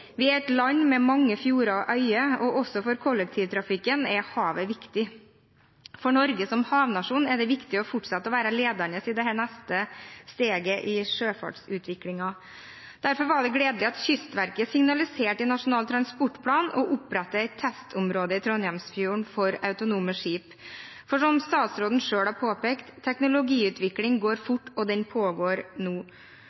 Vi er et land med mange fjorder og øyer, og også for kollektivtrafikken er havet viktig. For Norge som havnasjon er det viktig å fortsette å være ledende i dette neste steget i sjøfartsutviklingen. Derfor var det gledelig at Kystverket signaliserte i Nasjonal transportplan å opprette et testområde i Trondheimsfjorden for autonome skip. For som statsråden selv har påpekt, teknologiutviklingen går